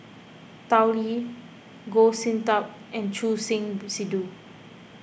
Tao Li Goh Sin Tub and Choor Singh Sidhu